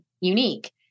unique